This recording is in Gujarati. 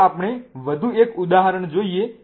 હવે આપણે વધુ એક ઉદાહરણ જોઈએ